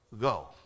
go